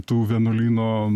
tų vienuolyno